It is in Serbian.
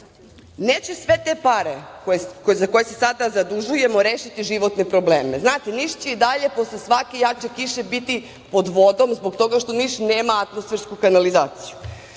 neće sve te pare, za koje se sada zadužujemo, rešiti životne probleme. Znate, Niš će i dalje posle svake jače kiše biti pod vodom zbog toga što Niš nema atmosfersku kanalizaciju.